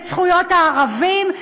את זכויות הערבים,